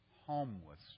homeless